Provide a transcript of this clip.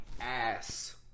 ass